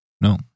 no